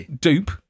Dupe